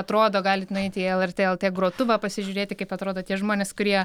atrodo galit nueiti į lrt lt grotuvą pasižiūrėti kaip atrodo tie žmonės kurie